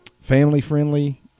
family-friendly